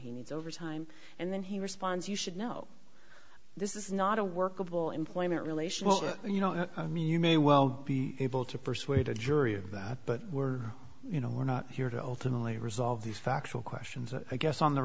he needs overtime and then he responds you should know this is not a workable employment relationship you know i mean you may well be able to persuade a jury of that but we're you know we're not here to ultimately resolve these factual questions i guess on the